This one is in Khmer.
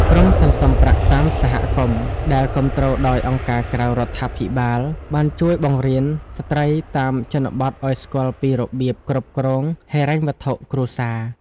ក្រុមសន្សំប្រាក់តាមសហគមន៍ ដែលគាំទ្រដោយអង្គការក្រៅរដ្ឋាភិបាល បានជួយបង្រៀនស្ត្រីតាមជនបទឱ្យស្គាល់ពីរបៀបគ្រប់គ្រងហិរញ្ញវត្ថុគ្រួសារ។